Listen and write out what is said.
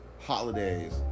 holidays